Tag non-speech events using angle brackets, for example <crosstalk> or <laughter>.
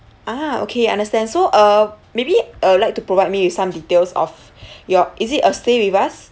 ah okay understand so uh maybe you'd like to provide me with some details of <breath> your is it a stay with us